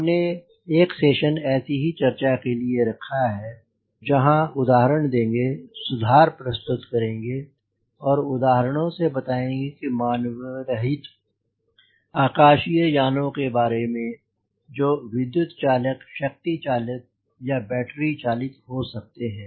हमने एक सेशन ऐसे ही चर्चा के लिए रखा है जहाँ उदाहरण देंगे सुधार प्रस्तुत करेंगे और उदाहरणों से बताएँगे कि मानवरहित आकाशीय यानों के डिज़ाइन के बारे में जो विद्युत् चालित शक्ति चालित या बैटरी चालित हो सकते हैं